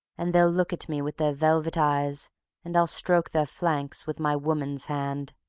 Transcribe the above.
and they'll look at me with their velvet eyes and i'll stroke their flanks with my woman's hand,